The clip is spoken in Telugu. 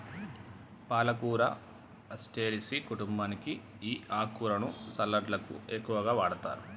పాలకూర అస్టెరెసి కుంటుంబానికి ఈ ఆకుకూరలను సలడ్లకు ఎక్కువగా వాడతారు